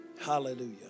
Hallelujah